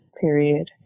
Period